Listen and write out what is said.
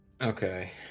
Okay